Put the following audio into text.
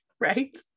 right